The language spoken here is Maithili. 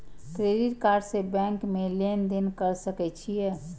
क्रेडिट कार्ड से बैंक में लेन देन कर सके छीये?